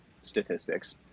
statistics